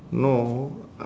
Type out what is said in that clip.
no